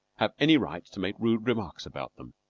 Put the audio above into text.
have any right to make rude remarks about them.